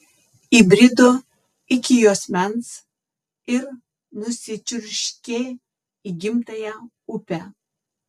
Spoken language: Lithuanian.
įbrido iki juosmens ir nusičiurškė į gimtąją upę